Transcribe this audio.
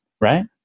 right